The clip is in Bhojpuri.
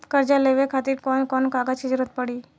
कर्जा लेवे खातिर कौन कौन कागज के जरूरी पड़ी?